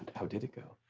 how did it go?